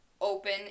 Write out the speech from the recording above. open